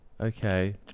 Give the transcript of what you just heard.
okay